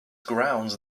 grounds